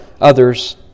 others